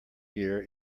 year